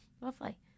Lovely